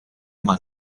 man